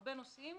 הרבה נושאים.